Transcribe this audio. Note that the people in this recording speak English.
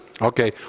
Okay